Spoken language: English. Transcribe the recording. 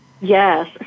yes